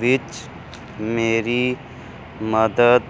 ਵਿੱਚ ਮੇਰੀ ਮਦਦ